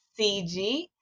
cg